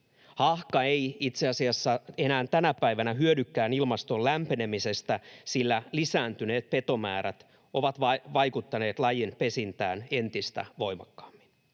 Haahka ei itse asiassa enää tänä päivänä hyödykään ilmaston lämpenemisestä, sillä lisääntyneet petomäärät ovat vaikuttaneet lajin pesintään entistä voimakkaammin.